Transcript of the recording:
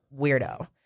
weirdo